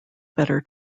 better